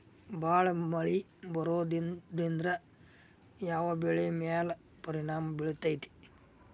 ಭಾಳ ಮಳಿ ಬರೋದ್ರಿಂದ ಯಾವ್ ಬೆಳಿ ಮ್ಯಾಲ್ ಪರಿಣಾಮ ಬಿರತೇತಿ?